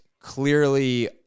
clearly